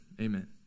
Amen